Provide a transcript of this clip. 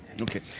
Okay